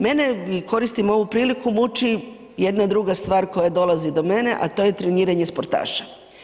Mene, koristim ovu priliku muči jedna druga stvar koja dolazi do mene, a to je treniranje sportaša.